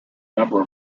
number